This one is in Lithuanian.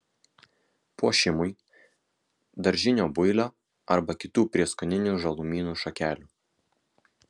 puošimui daržinio builio arba kitų prieskoninių žalumynų šakelių